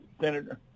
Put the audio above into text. senator